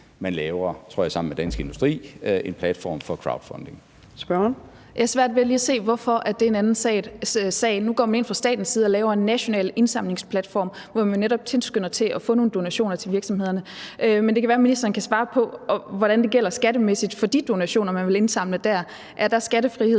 næstformand (Trine Torp): Spørgeren. Kl. 14:45 Marie Bjerre (V): Jeg har svært ved lige at se, hvorfor det er en anden sag. Nu går man ind fra statens side og laver en national indsamlingsplatform, hvor man netop tilskynder til at få nogle donationer til virksomhederne. Men det kan være, at ministeren kan svare på, hvordan det gælder skattemæssigt for de donationer, som man vil indsamle der: Er der skattefrihed